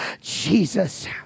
Jesus